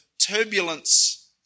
turbulence